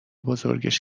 بزرگش